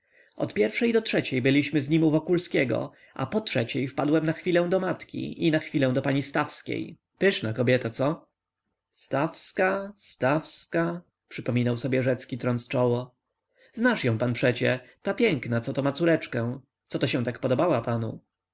od pierwszej do trzeciej byliśmy z nim u wokulskiego a po trzeciej wpadłem na chwilę do matki i na chwilę do pani stawskiej pyszna kobieta co stawska stawska przypominał sobie rzecki trąc czoło znasz ją pan przecie ta piękna coto ma córeczkę coto się tak podobała panu